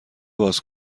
باز